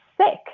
sick